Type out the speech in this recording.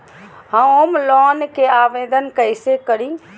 Home loan के आवेदन कैसे करि?